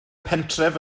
pentref